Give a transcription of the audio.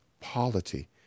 polity